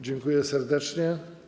Dziękuję serdecznie.